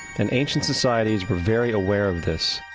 and ancient societies were very aware of this.